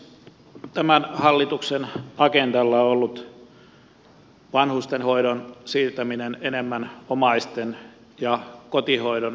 tämän hallituksen agendalla on ollut vanhustenhoidon siirtäminen enemmän omaisten ja kotihoidon vastuulle